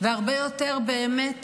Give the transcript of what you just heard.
והרבה יותר באמת